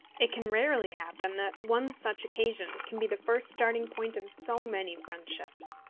it can rarely happen that one such occasion can be the first starting-point of so many friendships.